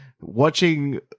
watching